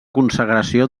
consagració